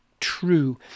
true